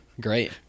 Great